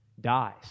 dies